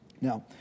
Now